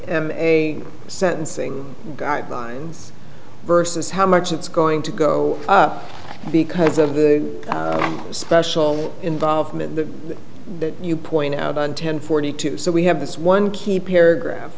m d a sentencing guidelines versus how much it's going to go up because of the special involvement that you point out ten forty two so we have this one key paragraph